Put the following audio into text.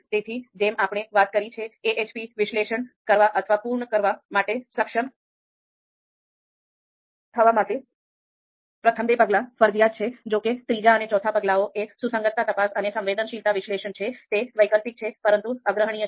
તેથી જેમ આપણે વાત કરી છે AHP વિશ્લેષણ કરવા અથવા પૂર્ણ કરવા માટે સક્ષમ થવા માટે પ્રથમ બે પગલાં ફરજિયાત છે જો કે ત્રીજા અને ચોથા પગલાઓ જે સુસંગતતા તપાસ અને સંવેદનશીલતા વિશ્લેષણ છે તે વૈકલ્પિક છે પરંતુ આગ્રહણીય છે